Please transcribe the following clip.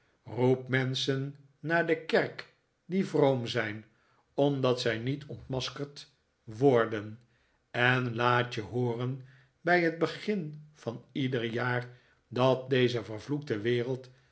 roep menschen naar de kerk die vroom zijn omdat zij niet ontmaskerd worden en laat je hooren bij het begin van ieder jaar dat deze vervloekte wereld